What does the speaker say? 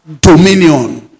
dominion